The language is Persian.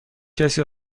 کسی